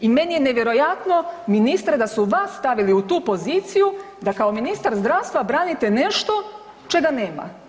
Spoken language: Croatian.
I meni je nevjerojatno ministre da su vas stavili u tu poziciju da kao ministar zdravstva branite nešto čega [[Upadica: Vrijeme.]] nema.